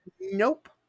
Nope